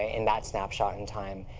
in that snapshot in time.